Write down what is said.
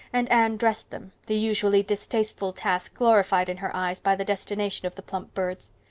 and anne dressed them, the usually distasteful task glorified in her eyes by the destination of the plump birds.